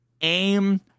aim